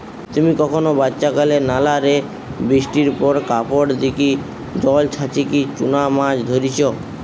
তুমি কখনো বাচ্চাকালে নালা রে বৃষ্টির পর কাপড় দিকি জল ছাচিকি চুনা মাছ ধরিচ?